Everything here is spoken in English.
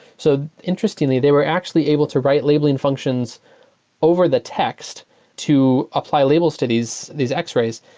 so interestingly, they were actually able to write labeling functions over the text to apply labels to these these x-rays.